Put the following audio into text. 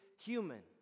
human